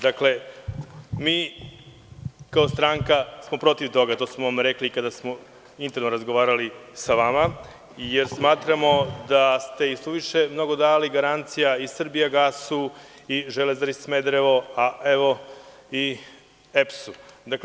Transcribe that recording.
Dakle, mi kao stranka smo protiv toga i to smo vam rekli kada smo razgovarali sa vama, jer smatramo da ste suviše mnogo dali garancija „Srbijagasu“ i „Železari Smederevo“, a evo i EPS-u.